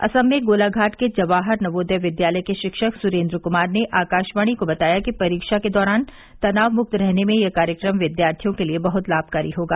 असम में गोलाघाट के जवाहर नवोदय विद्यालय के शिक्षक सुरेंद्र क्मार ने आकाशवाणी को बताया कि परीक्षा के दौरान तनाव मुक्त रहने में यह कार्यक्रम विद्यार्थियों के लिए बहुत लाभकारी होगा